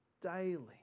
daily